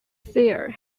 there